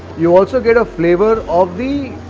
you also get a flavour of the.